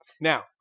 Now